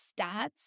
stats